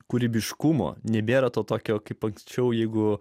kūrybiškumo nebėra to tokio kaip anksčiau jeigu